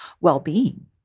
well-being